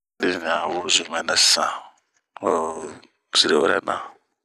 Din ɲan a wozomɛ nɛ san siri'urɛ na.